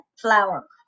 flour